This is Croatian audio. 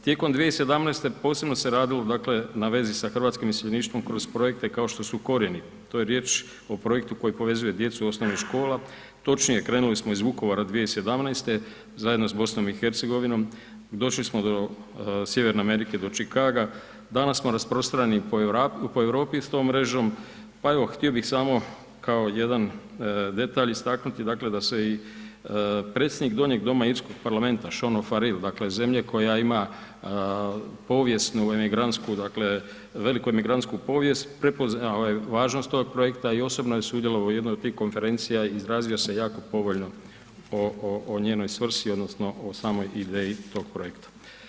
Tijekom 2017. posebno se radilo, dakle, na vezi sa hrvatskim iseljeništvom kroz projekte kao što su Korijeni, tu je riječ o projektu koji povezuje djecu osnovnih škola, točnije, krenuli smo iz Vukovara 2017. zajedno s BiH, došli smo do Sjeverne Amerike, do Chicaga, danas smo rasprostranjeni po Europi s tom mrežom, pa evo, htio bih samo kao jedan detalj istaknuti, dakle, da se i predsjednik donjeg doma Irskog parlamenta Sean O Fearghail, dakle, zemlje koja ima povijesnu, emigrantsku, dakle, veliku emigrantsku povijest, prepoznao je važnost tog projekta i osobno je sudjelovao u jednoj od tih konferencija, izrazio se jako povoljno o njenoj svrsi odnosno o samoj ideji tog projekta.